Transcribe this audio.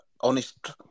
honest